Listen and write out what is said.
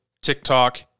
TikTok